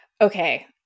okay